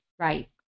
Right